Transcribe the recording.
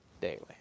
daily